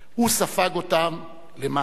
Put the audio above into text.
הוא ספג אותם למעננו.